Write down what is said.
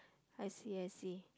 I see I see